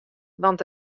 want